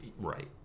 Right